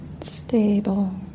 stable